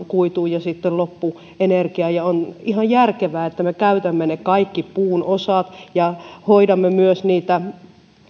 kuituun ja sitten loppu energiaan on ihan järkevää että me käytämme ne kaikki puun osat ja myös hoidamme